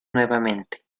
nuevamente